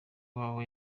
w’abo